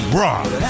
rock